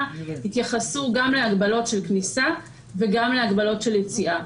התייחסו גם להגבלות של כניסה וגם להגבלות של יציאה.